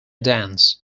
dance